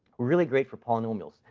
really great for polynomials.